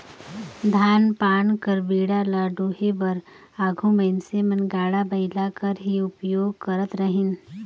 धान पान कर बीड़ा ल डोहे बर आघु मइनसे मन गाड़ा बइला कर ही उपियोग करत रहिन